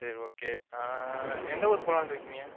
சரி ஓகே எந்த ஊர் போலான்னு இருக்கிங்க